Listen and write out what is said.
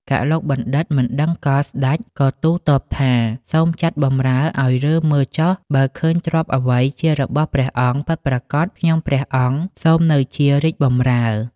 កឡុកបណ្ឌិត មិនដឹងកលស្ដេចក៏ទូល តបថា សូមចាត់បម្រើឲ្យរើមើលចុះបើឃើញទ្រព្យអ្វីជារបស់ព្រះអង្គពិតប្រាកដខ្ញុំព្រះអង្គ សូមនៅជារាជបម្រើ។